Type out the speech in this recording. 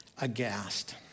aghast